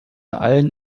allen